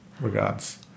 regards